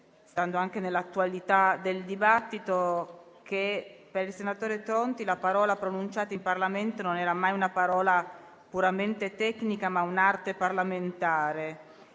restando nell'attualità del dibattito, che per il senatore Tronti la parola pronunciata in Parlamento non era mai puramente tecnica, ma era un'arte parlamentare.